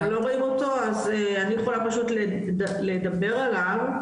אתם לא רואים אותו אז אני יכולה פשוט לדבר עליו,